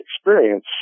experience